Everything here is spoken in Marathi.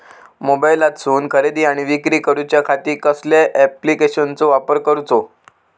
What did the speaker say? मोबाईलातसून खरेदी आणि विक्री करूच्या खाती कसल्या ॲप्लिकेशनाचो वापर करूचो?